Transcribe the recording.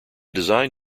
design